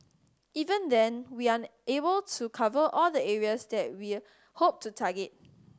even then we are unable to cover all the areas that we hope to target